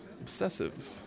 Obsessive